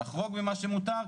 לחרוג ממה שמותר,